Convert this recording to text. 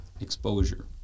exposure